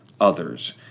others